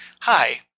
Hi